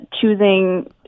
Choosing